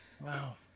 Wow